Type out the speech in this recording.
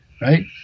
right